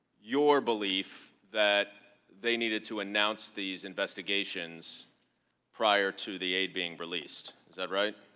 your belief that they needed to announce these investigations prior to the aide being released, is that right?